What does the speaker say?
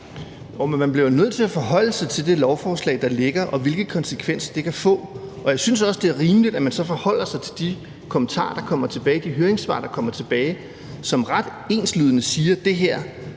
man bliver jo nødt til at forholde sig til det lovforslag, der ligger, og hvilke konsekvenser det kan få. Jeg synes også, det er rimeligt, at man så forholder sig til de kommentarer, der kommer tilbage, i de høringssvar, der kommer tilbage, og som ret enslydende siger, at det her